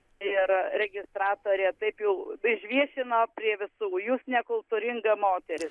ir registatorė taip jau išviešino prie visų jūs nekultūringa moteris